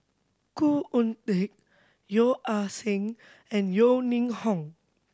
Khoo Oon Teik Yeo Ah Seng and Yeo Ning Hong